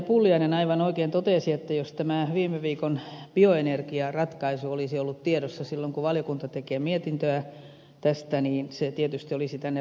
pulliainen aivan oikein totesi että jos tämä viime viikon bioenergiaratkaisu olisi ollut tiedossa silloin kun valiokunta teki mietintöä tästä niin se tietysti olisi tähän vaikuttanut